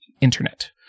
internet